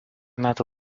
metu